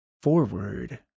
forward